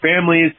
families